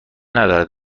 ندارد